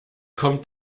kommt